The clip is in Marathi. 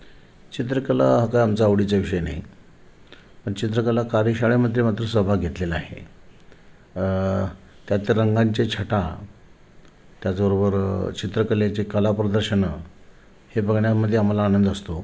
चित्रकला हा काय आमचा आवडीचा विषय नाही पण चित्रकला कार्यशाळेमध्ये मात्र सहभाग घेतलेला आहे त्यात ते रंगांचे छटा त्याचबरोबर चित्रकलेचे कला प्रदर्शनं हे बघण्यामध्ये आम्हाला आनंद असतो